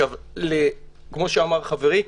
כפי שאמר חברי,